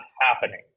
happening